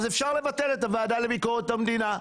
אז אפשר לבטל את הוועדה לביקורת המדינה,